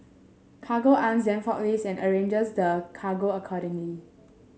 Cargo Arm then forklifts and arranges the cargo accordingly